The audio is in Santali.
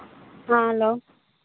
ᱦᱮᱸ ᱦᱮᱞᱳ